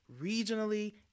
regionally